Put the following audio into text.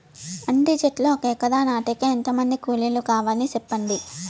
అంటి చెట్లు ఒక ఎకరా నాటేకి ఎంత మంది కూలీలు కావాలి? సెప్పండి?